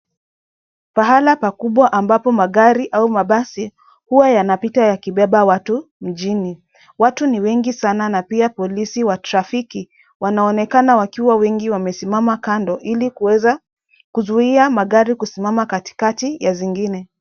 Pahala pakubwa ambapo magari au mabasi huwa yanapita yakibeba watu mjini. Watu ni wengi sana na pia polisi wa trafiki wanaonekana wakiwa wengi wamesimama kando ili kuweza kuzuia magari kusimama katikati ya zingine.